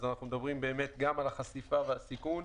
אנחנו מדברים גם על החשיפה והסיכון.